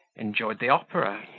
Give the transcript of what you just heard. enjoyed the opera,